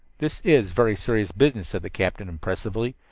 this is very serious business, said the captain impressively.